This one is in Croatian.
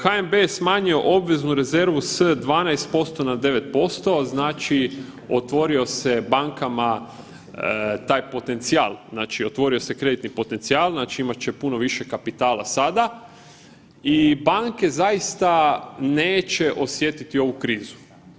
HNB je smanjio obveznu rezervu s 12% na 9% znači otvorio se bankama taj potencijal, znači otvorio se kreditni potencijal znači imat će puno više kapitala sada i banke zaista neće osjetiti ovu krizu.